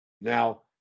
Now